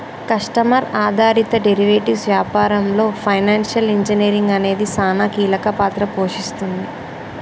customer ఆధారిత derivatives వ్యాపారంలో financial engineering అనేది సానా కీలక పాత్ర పోషిస్తుంది